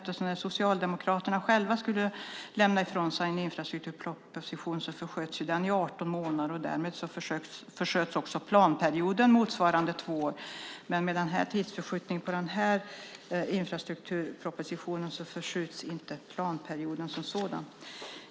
När Socialdemokraterna själva skulle lämna ifrån sig en infrastrukturproposition försköts den i 18 månader. Därmed försköts också planperioden motsvarande två år. Men med tidsförskjutningen vad gäller den här infrastrukturpropositionen förskjuts inte planperioden som sådan.